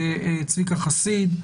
צביקה חסיד,